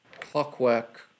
clockwork